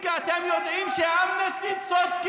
איפה, אתם מפחדים כי אתם יודעים שאמנסטי צודקים.